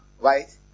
right